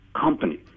company